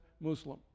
Muslim